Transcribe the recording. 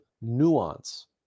nuance